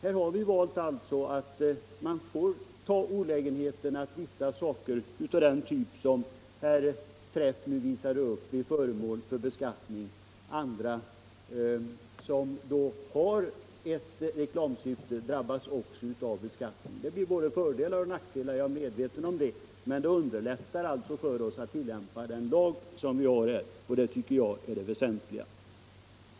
Vi har valt att ta olägenheten att vissa saker av den typ herr Träff visade upp blir föremål för beskattning. Andra som har ett reklamsyfte drabbas också. Det blir både fördelar och nackdelar, men jag är medveten om att det underlättar för oss att tillämpa en lag som vi har, och det tycker jag är det väsentliga.